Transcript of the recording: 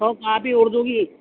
سو copy Urdu کی